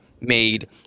made